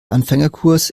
anfängerkurs